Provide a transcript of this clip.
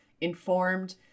informed